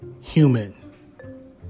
human